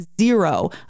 zero